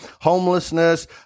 homelessness